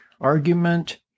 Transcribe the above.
argument